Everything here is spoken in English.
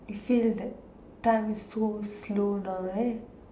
you feel that time is so slow now right